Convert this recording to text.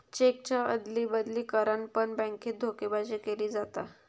चेकच्या अदली बदली करान पण बॅन्केत धोकेबाजी केली जाता